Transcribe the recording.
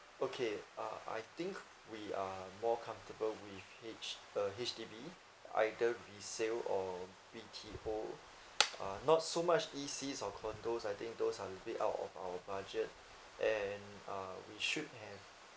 okay uh I think we are more comfortable with H uh H_D_B either resale or B_T_O uh not so much E_Cs or condos I think those are a little bit out of our budget and uh we should have